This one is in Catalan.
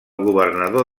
governador